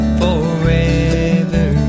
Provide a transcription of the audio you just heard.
forever